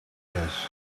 years